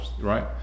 right